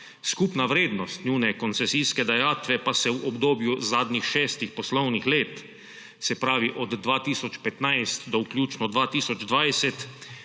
skupna vrednost njune koncesijske dajatve pa se v obdobju zadnjih šestih poslovnih let, se pravi od 2015 do vključno 2020,